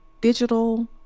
digital